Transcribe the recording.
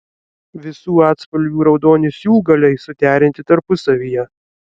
visų atspalvių raudoni siūlgaliai suderinti tarpusavyje